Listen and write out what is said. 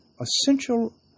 Essential